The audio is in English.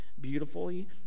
beautifully